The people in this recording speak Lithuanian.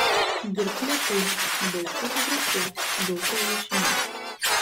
dirbk lėtai daug fotografuok daug užrašinėk